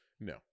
no